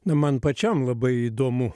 na man pačiam labai įdomu